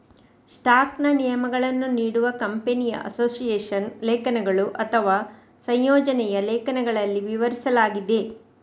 ಸ್ಟಾಕ್ನ ನಿಯಮಗಳನ್ನು ನೀಡುವ ಕಂಪನಿಯ ಅಸೋಸಿಯೇಷನ್ ಲೇಖನಗಳು ಅಥವಾ ಸಂಯೋಜನೆಯ ಲೇಖನಗಳಲ್ಲಿ ವಿವರಿಸಲಾಗಿದೆ